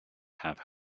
have